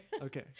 Okay